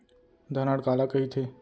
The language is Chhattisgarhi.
धरण काला कहिथे?